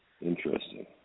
Interesting